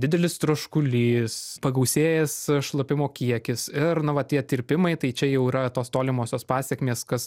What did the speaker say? didelis troškulys pagausėjęs šlapimo kiekis ir na va tie tirpimai tai čia jau yra tos tolimosios pasekmės kas